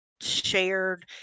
shared